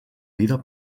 vida